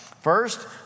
First